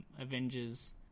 Avengers